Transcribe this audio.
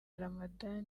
ramadhan